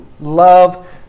love